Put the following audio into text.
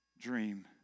dream